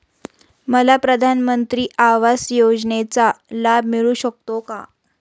मला प्रधानमंत्री आवास योजनेचा लाभ मिळू शकतो का?